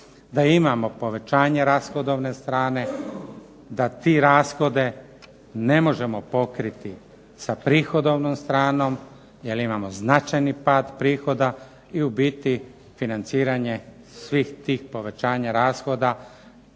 da imamo povećanje rashodovne strane, da te rashode ne možemo pokriti sa prihodovnom stranom jer imamo značajni pad prihoda i u biti financiranje svih tih povećanja rashoda